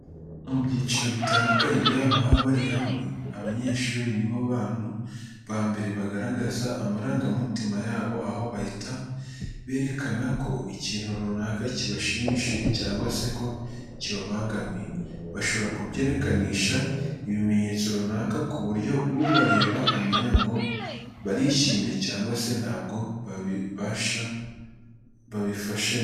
Mu byiciro bitandukanye by'abantu baba bari hamwe, abanyeshuri nibo bantu ba mbere bagaragaza amarangamutima yabo aho bahita berekana ko ikintu runaka kibashimishije cyangwa se ko kibabangamiye. Bashobora kubyerekanisha ibimenyetso runaka ku buryo ubareba amenya ngo barishimye cyangwa se ntabwo babifashe neza.